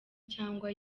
cyangwa